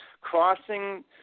crossing